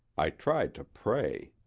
i tried to pray.